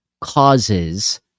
causes